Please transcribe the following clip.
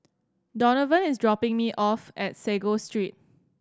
Donovan is dropping me off at Sago Street